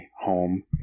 home